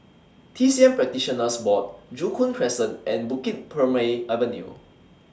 T C M Practitioners Board Joo Koon Crescent and Bukit Purmei Avenue